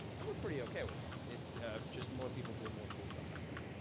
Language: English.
and we're pretty okay with that. it's just more people doing more cool stuff out there.